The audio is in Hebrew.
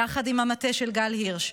יחד עם המטה של גל הירש,